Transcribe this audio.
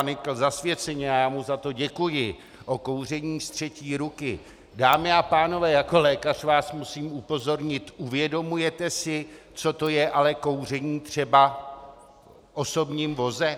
Nykl zasvěceně, a já mu za to děkuji, o kouření z třetí ruky, dámy a pánové, jako lékař vás musím upozornit uvědomujete si, co to je ale kouření třeba v osobním voze?